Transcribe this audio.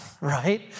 right